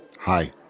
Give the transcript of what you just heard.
Hi